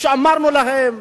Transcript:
ואמרנו להם: